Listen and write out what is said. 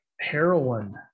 heroin